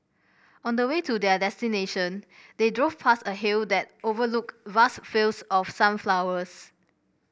on the way to their destination they drove past a hill that overlooked vast fields of sunflowers